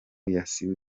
yakubiswe